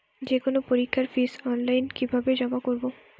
যে কোনো পরীক্ষার ফিস অনলাইনে কিভাবে জমা করব?